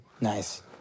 Nice